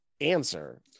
answer